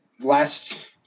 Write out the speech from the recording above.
last